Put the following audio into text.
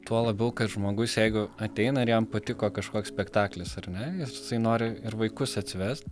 tuo labiau kad žmogus jeigu ateina ir jam patiko kažkoks spektaklis ar ne ir jisai nori ir vaikus atsivest